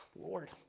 Lord